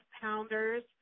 pounders